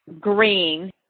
green